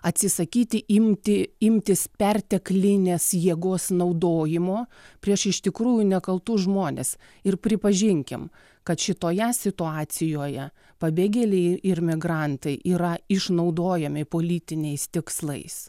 atsisakyti imti imtis perteklinės jėgos naudojimo prieš iš tikrųjų nekaltus žmones ir pripažinkim kad šitoje situacijoje pabėgėliai ir migrantai yra išnaudojami politiniais tikslais